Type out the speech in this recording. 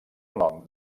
nom